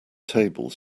tables